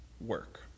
work